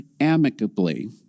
amicably